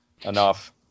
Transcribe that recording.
Enough